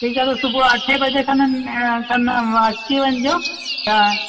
ठीकु आहे त सुबुह अठे वजे खनि न अ तव्हां न अची वञिजो त